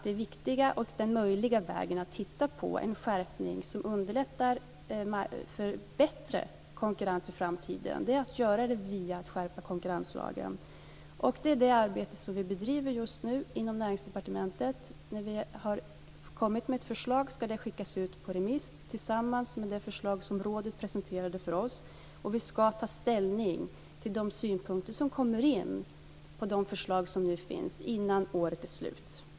Det viktiga och en möjlig väg när det gäller att titta på en skärpning som underlättar för bättre konkurrens i framtiden är att gå via en skärpning av konkurrenslagen. Det är det arbete vi bedriver just nu inom Näringsdepartementet. När vi har kommit med ett förslag ska det skickas ut på remiss tillsammans med det förslag som rådet presenterade för oss. Vi ska ta ställning till de synpunkter som kommer in på de förslag som nu finns innan året är slut.